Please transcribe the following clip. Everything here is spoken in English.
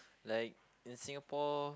like in Singapore